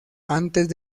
antes